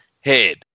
head